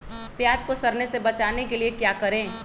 प्याज को सड़ने से बचाने के लिए क्या करें?